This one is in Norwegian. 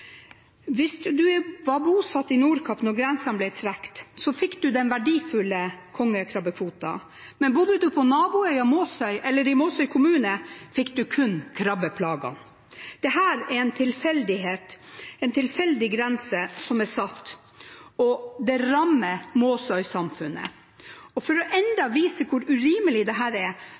Hvis man var bosatt på Nordkapp da grensene ble trukket, fikk man den verdifulle kongekrabbekvoten. Men bodde man på naboøya Måsøy, eller i Måsøy kommune, fikk man kun krabbeplagene. Dette er en tilfeldighet – en tilfeldig grense som er satt, og det rammer Måsøy-samfunnet. Og for å vise enda et eksempel på hvor urimelig dette er,